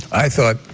i thought,